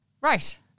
Right